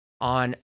on